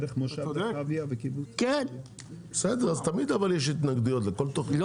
לכל תוכנית יש התנגדויות, זה דבר חדש?